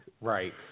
right